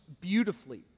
beautifully